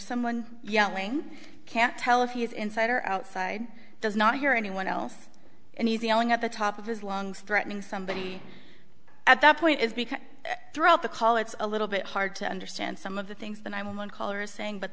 someone yelling can't tell if he's inside or outside does not hear anyone else and he's yelling at the top of his lungs threatening somebody at that point is because throughout the call it's a little bit hard to understand some of the things that i'm one caller's saying but